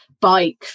bike